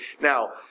now